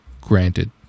Granted